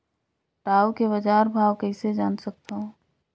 टाऊ के बजार भाव कइसे जान सकथव?